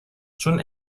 چون